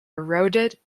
eroded